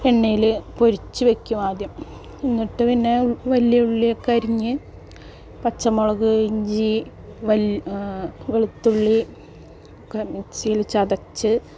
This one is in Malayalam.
എണ്ണയിൽ പൊരിച്ച് വയ്ക്കും ആദ്യം എന്നിട്ട് പിന്നെ വലിയ ഉള്ളിയൊക്കെ അരിഞ്ഞ് പച്ചമുളക് ഇഞ്ചി വൽ വെളുത്തുള്ളി ഒക്കെ മിക്സിയിൽ ചതച്ച്